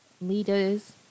leaders